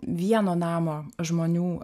vieno namo žmonių